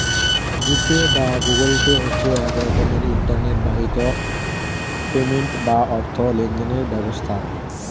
জি Pay বা Google Pay হচ্ছে এক রকমের ইন্টারনেট বাহিত পেমেন্ট বা অর্থ লেনদেনের ব্যবস্থা